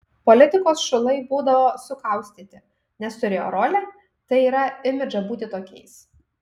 politikos šulai būdavo sukaustyti nes turėjo rolę tai yra imidžą būti tokiais